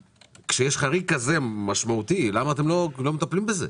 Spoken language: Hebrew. כשיש חריג כזה משמעותי למה אתם לא מטפלים בזה?